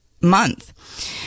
month